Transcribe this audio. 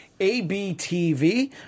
ABTV